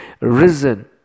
risen